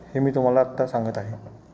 हे मी तुम्हाला आत्ता सांगत आहे